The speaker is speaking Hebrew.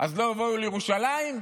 אז לא יבואו לירושלים?